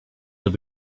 will